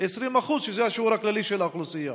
שזה שיעורם הכללי באוכלוסייה.